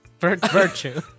virtue